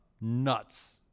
Nuts